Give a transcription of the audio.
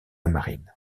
marine